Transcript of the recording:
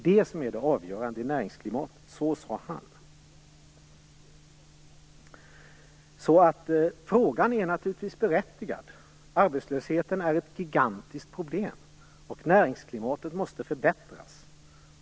Det är det avgörande i näringsklimatet sade han. Frågan är naturligtvis berättigad. Arbetslösheten är ett gigantiskt problem, och näringsklimatet måste förbättras.